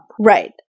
Right